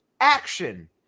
action